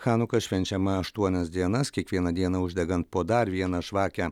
chanuka švenčiama aštuonias dienas kiekvieną dieną uždegant po dar vieną žvakę